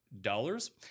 dollars